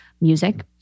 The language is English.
music